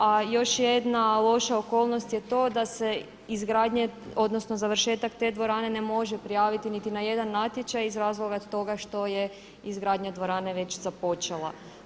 A još jedna loša okolnost je to da se izgradnja, odnosno završetak te dvorane ne može prijaviti niti na jedan natječaj iz razloga toga što je izgradnja dvorane već započela.